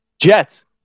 Jets